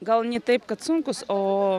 gal ni taip kad sunkūs o